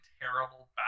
terrible